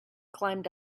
climbed